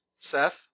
Seth